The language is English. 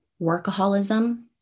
workaholism